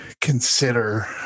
consider